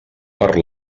per